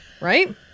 right